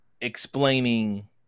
explaining